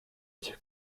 этих